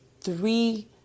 three